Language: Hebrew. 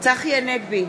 צחי הנגבי,